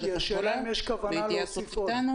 זה יש לי, השאלה אם יש כוונה להוסיף עוד.